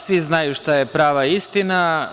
Svi znaju šta je prava istina.